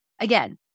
Again